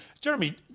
Jeremy